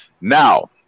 Now